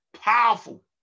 Powerful